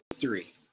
three